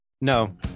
No